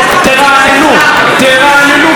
תרעננו קצת, לא יזיק לכם.